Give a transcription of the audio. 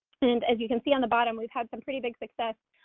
and as you can see on the bottom, we've had some pretty big success.